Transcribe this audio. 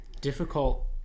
difficult